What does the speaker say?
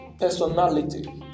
personality